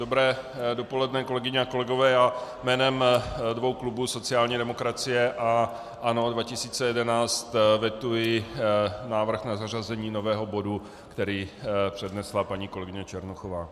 Dobré dopoledne, kolegyně a kolegové, jménem dvou klubů sociální demokracie a ANO 2011 vetuji návrh na zařazení nového bodu, který přednesla paní kolegyně Černochová.